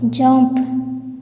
jump